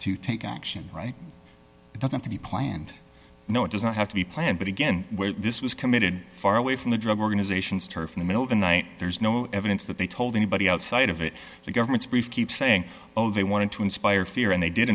to take action right it doesn't to be planned no it doesn't have to be planned but again this was committed far away from the drug organisations turf in the middle of the night there's no evidence that they told anybody outside of it the government's brief keep saying oh they wanted to inspire fear and they